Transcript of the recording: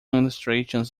illustrations